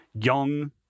young